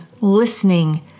listening